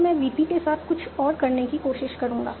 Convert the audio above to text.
इसलिए मैं VP के साथ कुछ और करने की कोशिश करूंगा